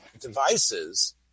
devices